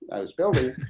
i was building,